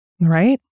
Right